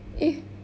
eh